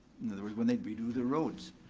in other words, when they'd be doing the roads.